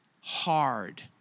hard